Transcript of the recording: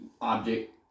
object